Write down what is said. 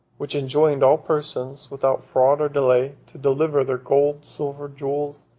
which enjoined all persons, without fraud or delay, to deliver their gold, silver, jewels,